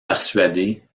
persuadé